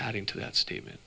adding to that statement